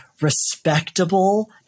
respectable –